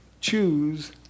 Choose